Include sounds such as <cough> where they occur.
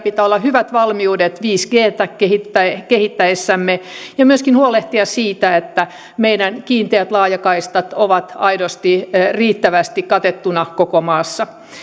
<unintelligible> pitää olla hyvät valmiudet viisi g tä kehittäessämme ja meidän pitää myöskin huolehtia siitä että meidän kiinteät laajakaistat ovat aidosti riittävästi katettuna koko maassa